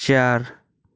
चार